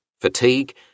fatigue